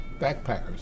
backpackers